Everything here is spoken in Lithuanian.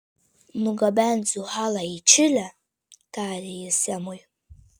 nugabensiu halą į čilę tarė ji semui